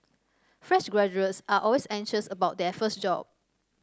fresh graduates are always anxious about their first job